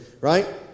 Right